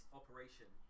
operation